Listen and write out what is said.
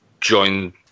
join